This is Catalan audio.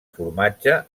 formatge